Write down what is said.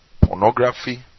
pornography